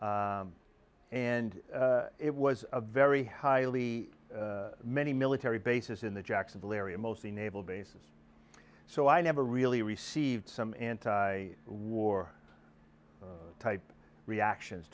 and it was a very highly many military bases in the jacksonville area mostly naval bases so i never really received some anti war type reactions